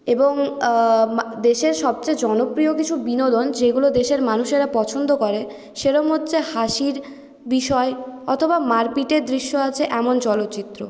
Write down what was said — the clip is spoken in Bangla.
এবং দেশের সবচেয়ে জনপ্রিয় কিছু বিনোদন যেগুলো দেশের মানুষেরা পছন্দ করে সেরম হচ্ছে হাসির বিষয় অথবা মারপিটের দৃশ্য আছে এমন চলচ্চিত্র